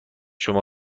شما